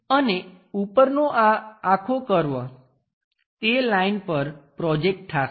અને ઉપરનો આ આખો કર્વ તે લાઈન પર પ્રોજેકટ થાશે